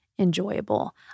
enjoyable